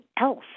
else